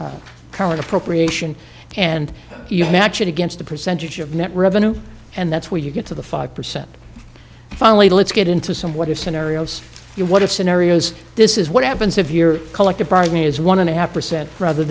or current appropriation and you match it against the percentage of net revenue and that's where you get to the five percent finally let's get into some what if scenarios you what if scenarios this is what happens if your collective bargain is one and a half percent rather